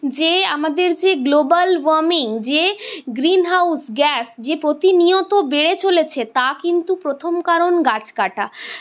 যে আমাদের যে গ্লোবাল ওয়ার্মিং যে গ্রিনহাউস গ্যাস যে প্রতিনিয়ত বেড়ে চলেছে তা কিন্তু প্রথম কারণ গাছ কাটা